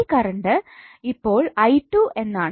ഈ കറണ്ട് ഇപ്പോൾ 𝑖2 എന്നാണു